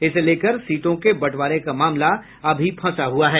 इसे लेकर सीटों के बंटवारे का मामला अभी फंसा हुआ है